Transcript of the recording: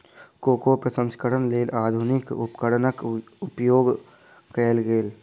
cocoa प्रसंस्करणक लेल आधुनिक उपकरणक उपयोग कयल गेल